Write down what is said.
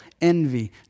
envy